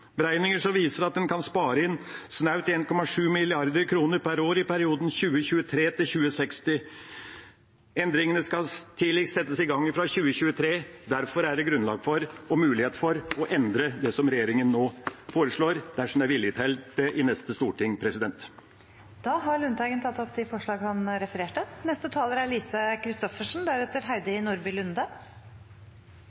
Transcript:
som viser at en kan spare inn snaut 1,7 mrd. kr per år i perioden 2023–2060. Endringene skal tidligst settes i gang fra 2023. Derfor er det grunnlag for og mulighet for å endre det som regjeringa nå foreslår, dersom det er vilje til det i neste storting. Representanten Per Olaf Lundteigen har tatt opp de forslagene han refererte